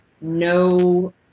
no